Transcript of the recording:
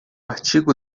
artigo